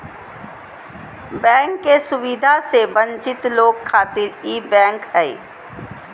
bank के सुविधा से वंचित लोग खातिर ई बैंक हय